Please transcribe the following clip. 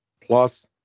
plus